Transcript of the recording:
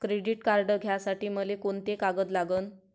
Credit card घ्यासाठी मले कोंते कागद लागन?